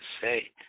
say